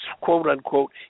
quote-unquote